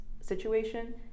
situation